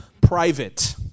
private